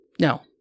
No